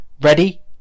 Ready